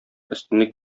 өстенлек